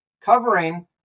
covering